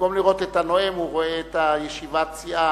במקום לראות את הנואם, הוא רואה את ישיבת הסיעה.